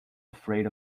afraid